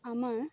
আমাৰ